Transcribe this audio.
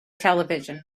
television